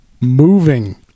moving